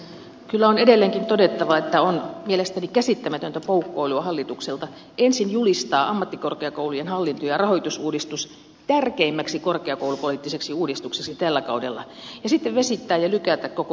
kyllä on edelleenkin todettava että on mielestäni käsittämätöntä poukkoilua hallitukselta ensin julistaa ammattikorkeakoulujen hallinto ja rahoitusuudistus tärkeimmäksi korkeakoulupoliittiseksi uudistukseksi tällä kaudella ja sitten vesittää ja lykätä koko uudistus tulevaisuuteen